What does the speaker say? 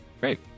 Great